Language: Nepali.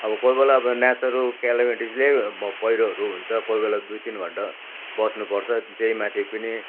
अब कोही बेला अब नेचेरल क्यालाबिटिजले भल पहिरोहरू हुन्छ कोही बेला दुई तिन घन्टा बस्नुपर्छ त्यही माथि पनि